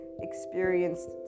experienced